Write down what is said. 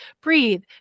breathe